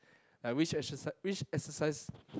like which exerci~ which exercise